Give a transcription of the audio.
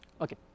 Okay